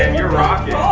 and you're rocking.